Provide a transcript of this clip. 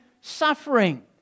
suffering